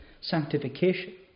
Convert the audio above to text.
sanctification